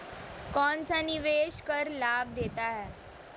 कौनसा निवेश कर लाभ देता है?